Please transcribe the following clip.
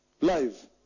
Live